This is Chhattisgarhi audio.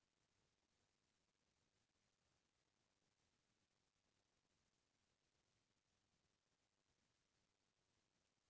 कोठार म धान मिंसावत घनी देख देख करे घर लोगन मन अपन कोठारे म कुंदरा बना के रहयँ